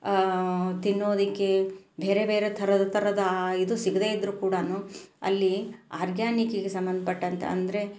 ತಿನ್ನೋದಕ್ಕೆ ಬೇರೆ ಬೇರೆ ಥರದ ಥರದ ಇದು ಸಿಗದೇ ಇದ್ದರು ಕೂಡ ಅಲ್ಲಿ ಆರ್ಗ್ಯಾನಿಕಿಗೆ ಸಂಬಂಧಪಟ್ಟಂತ ಅಂದರೆ